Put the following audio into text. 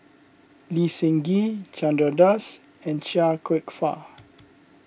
Lee Seng Gee Chandra Das and Chia Kwek Fah